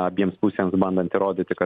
abiems pusėms bandant įrodyti kad